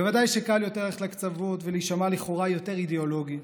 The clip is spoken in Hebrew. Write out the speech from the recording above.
בוודאי שקל יותר ללכת לקצוות ולהישמע לכאורה יותר אידיאולוגי.